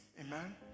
Amen